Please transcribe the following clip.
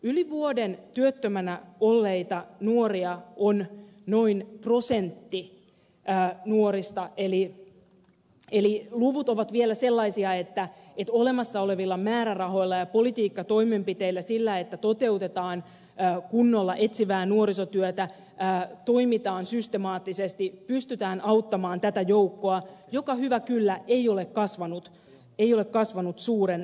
yli vuoden työttöminä olleita nuoria on noin prosentti nuorista eli luvut ovat vielä sellaisia että olemassa olevilla määrärahoilla ja politiikkatoimenpiteillä sillä että toteutetaan kunnolla etsivää nuorisotyötä toimitaan systemaattisesti pystytään auttamaan tätä joukkoa joka hyvä kyllä ei ole kasvanut suuren suureksi